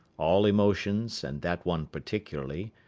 all emotions, and that one particularly,